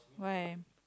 why